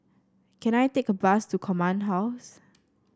can I take a bus to Command House